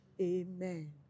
Amen